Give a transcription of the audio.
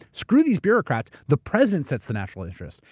screw these bureaucrats. the president sets the national interest.